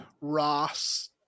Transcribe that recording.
Ross